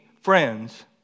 friends